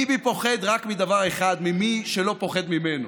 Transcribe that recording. ביבי פוחד רק מדבר אחד, ממי שלא פוחד ממנו.